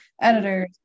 editors